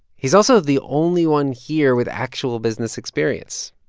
he's also the only one here with actual business experience.